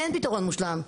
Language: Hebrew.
אין פתרון מושלם.